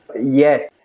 Yes